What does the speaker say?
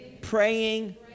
praying